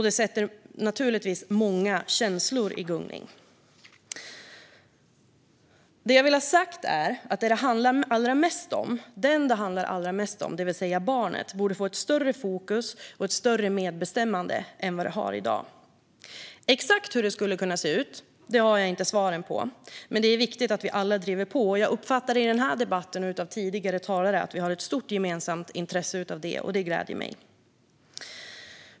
Det sätter naturligtvis många känslor i gungning. Det jag vill ha sagt är att den det handlar allra mest om, det vill säga barnet, borde få ett större fokus och ett större medbestämmande än det har i dag. Exakt hur det skulle kunna se ut har jag inte svaren på, men det är viktigt att vi alla driver på. Jag uppfattar av tidigare talare i debatten här att vi har ett stort gemensamt intresse av detta, och det gläder mig.